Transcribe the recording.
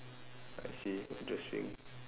I see interesting